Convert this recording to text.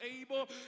able